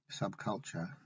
subculture